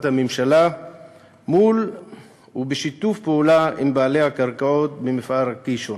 הממשלה מול ובשיתוף פעולה עם בעלי הקרקעות במפעל קישון.